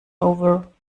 over